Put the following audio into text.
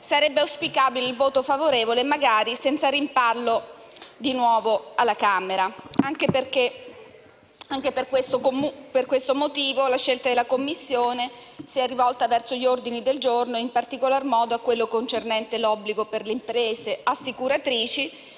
favorevole sul provvedimento, magari senza rimpallo di nuovo alla Camera. Anche per questo motivo la scelta della Commissione si è rivolta verso gli ordini del giorno, in particolar modo verso quello concernente l'obbligo per le imprese assicuratrici